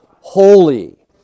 holy